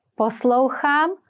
Poslouchám